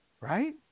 Right